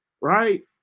right